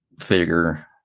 figure